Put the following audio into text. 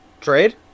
Trade